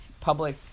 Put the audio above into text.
public